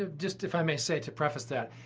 ah just if i may say, to preface that,